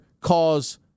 cause